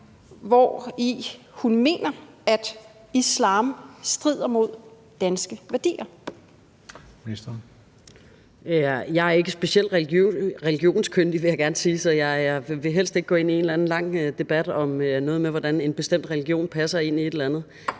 (Pernille Rosenkrantz-Theil): Jeg er ikke specielt religionskyndig, vil jeg gerne sige, så jeg vil helst ikke gå ind i en eller anden lang debat om noget med, hvordan en bestemt religion passer ind i et eller andet.